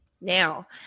Now